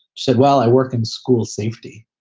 said, well, i work in school safety.